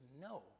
no